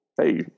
Hey